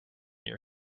your